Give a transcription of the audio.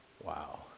Wow